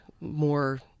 more